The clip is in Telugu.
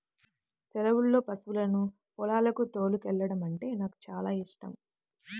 సెలవుల్లో పశువులను పొలాలకు తోలుకెల్లడమంటే నాకు చానా యిష్టం